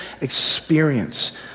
experience